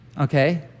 Okay